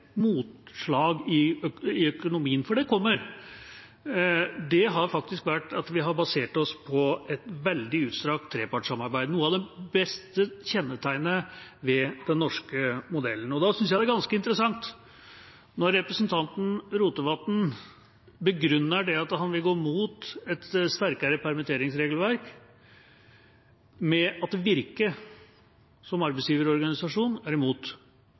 i økonomien – for det kommer – har faktisk vært at vi har basert oss på et veldig utstrakt trepartssamarbeid, et av de beste kjennetegnene ved den norske modellen. Da synes jeg det er ganske interessant når representanten Rotevatn begrunner at han vil gå imot et sterkere permitteringsregelverk, med at det virker som arbeidsgiverorganisasjonen er imot.